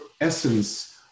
essence